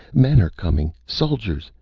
men are coming. soldiers.